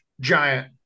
Giant